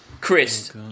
Chris